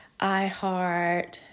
iHeart